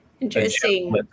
interesting